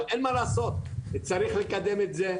אבל אין מה לעשות צריך לקדם את זה.